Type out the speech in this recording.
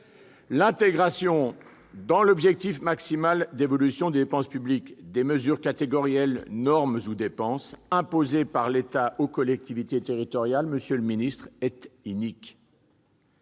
L'intégration, dans l'objectif maximal d'évolution des dépenses publiques, des mesures catégorielles, normes ou dépenses imposées par l'État aux collectivités territoriales est inique,